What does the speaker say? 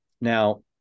Now